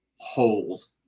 holes